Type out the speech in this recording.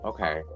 Okay